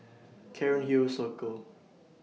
Cairnhill Circle